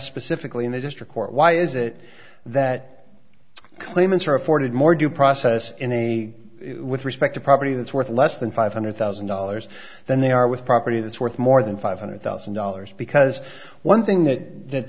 specifically in the district court why is it that claimants are afforded more due process any with respect to property that's worth less than five hundred thousand dollars than they are with property that's worth more than five hundred thousand dollars because one thing that th